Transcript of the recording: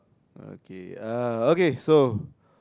uh okay uh okay so